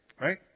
right